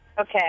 okay